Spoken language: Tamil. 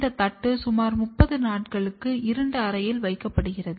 இந்த தட்டு சுமார் 30 நாட்களுக்கு இருண்ட நிலையில் வைக்கப்படுகிறது